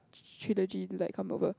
trilogy to like come over